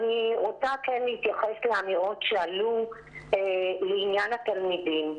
אתייחס לאמירות שעלו לעניין התלמידים.